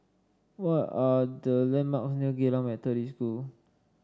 what are the landmark Geylang Methodist School